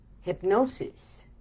hypnosis